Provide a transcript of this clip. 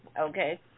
okay